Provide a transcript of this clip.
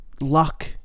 Luck